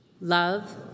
Love